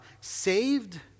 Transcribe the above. saved